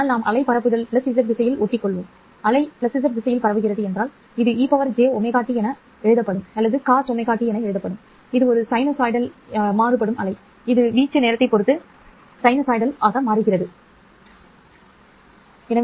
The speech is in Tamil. ஆனால் நாம் அலை பரப்புதல் z திசையில் ஒட்டிக்கொள்வோம் அலை z திசையில் பரவுகிறது இது ejωt என மாறுபடும் அல்லது அது காஸ் ωt என மாறுபடும் சரி இது ஒரு சைனூசாய்டல் மாறுபடும் அலை இது வீச்சு நேரத்தைப் பொறுத்து சைனூசாய்டல் மாறுபடுகிறது சரி